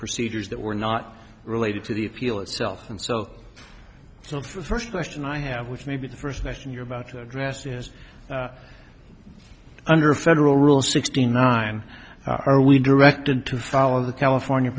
procedures that were not related to the appeal itself and so the first question i have which may be the first question you're about to address yes under federal rule sixty nine are we directed to follow the california